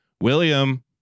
William